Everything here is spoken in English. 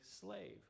slave